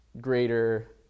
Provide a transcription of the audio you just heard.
greater